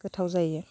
गोथाव जायो